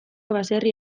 baserri